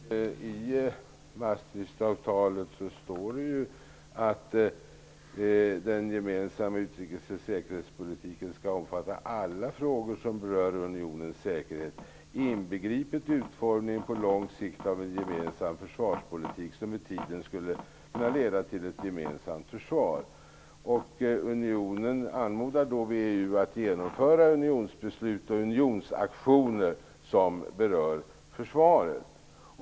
Herr talman! I Maastrichtavtalet står det att den gemensamma utrikes och säkerhetspolitiken skall omfatta alla frågor som berör unionens säkerhet, inbegripet utformningen på lång sikt av en gemensam försvarspolitik som med tiden skulle kunna leda till ett gemensamt försvar. Unionen anmodar VEU att genomföra unionsbeslut och unionsaktioner som berör försvaret.